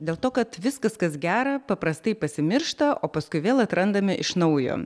dėl to kad viskas kas gera paprastai pasimiršta o paskui vėl atrandame iš naujo